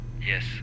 Yes